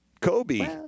Kobe